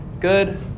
Good